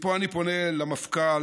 מפה אני פונה למפכ"ל: